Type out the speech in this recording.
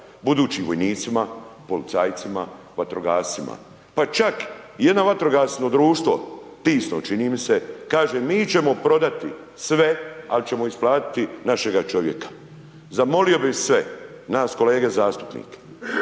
budućim vojnicima, policajcima, vatrogascima. Pa čak i jedno vatrogasno društvo, Tisno, čini mi se, kaže mi ćemo prodati sve, ali ćemo isplatiti našega čovjeka. Zamolio bih sve, nas kolege zastupnike,